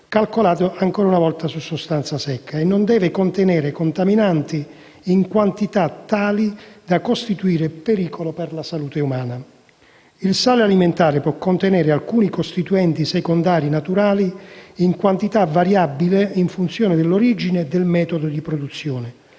calcolate su sostanza secca, e non deve contenere contaminanti in quantità tali da costituire pericolo per la salute. Il sale alimentare può contenere alcuni costituenti secondari naturali in quantità variabili in funzione dell'origine e del metodo di produzione